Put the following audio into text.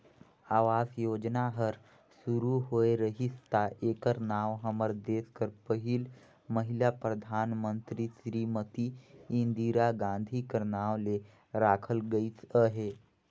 आवास योजना हर सुरू होए रहिस ता एकर नांव हमर देस कर पहिल महिला परधानमंतरी सिरीमती इंदिरा गांधी कर नांव ले राखल गइस अहे